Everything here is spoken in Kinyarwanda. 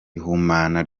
ihumana